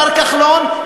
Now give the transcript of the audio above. השר כחלון,